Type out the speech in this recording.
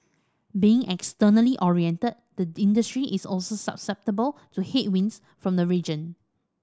being externally oriented the industry is also susceptible to headwinds from the region